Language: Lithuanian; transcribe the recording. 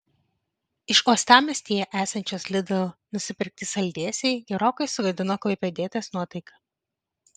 iš uostamiestyje esančios lidl nusipirkti saldėsiai gerokai sugadino klaipėdietės nuotaiką